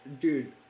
Dude